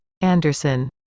Anderson